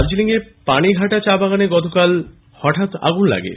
দার্জিলিং এ পানিঘাটা চা বাগানে গতকাল হঠাৎই আগুন লাগে